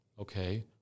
Okay